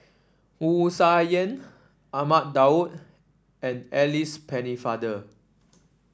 Wu Tsai Yen Ahmad Daud and Alice Pennefather